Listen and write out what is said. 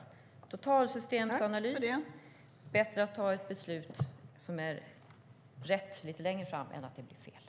Det behövs totalsystemsanalys. Det är bättre att ta ett beslut som är rätt längre fram än att fatta fel beslut.